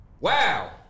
Wow